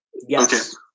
yes